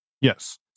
Yes